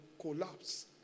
collapse